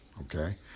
okay